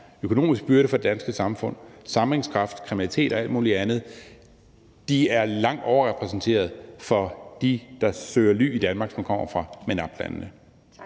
økonomisk byrde for det danske samfund, sammenhængskraft, kriminalitet og alt muligt andet, er langt overrepræsenteret for dem, der søger ly i Danmark og kommer fra MENAPT-landene.